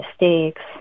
mistakes